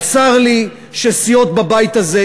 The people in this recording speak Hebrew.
צר לי שסיעות בבית הזה,